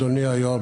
אדוני היושב-ראש,